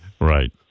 Right